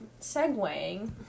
segueing